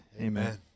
Amen